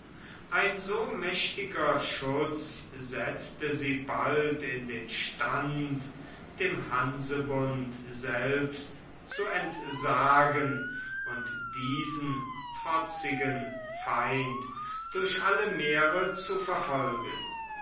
ein so mächtiger schutz setzte sie bald in den stand dem hansebund selbst zu entsagen und diesen trotzigen feind durch alle meere zu verfolgen